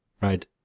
right